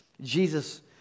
Jesus